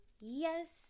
yes